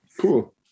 Cool